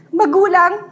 magulang